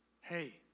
hey